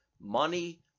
money